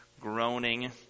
groaning